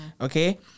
okay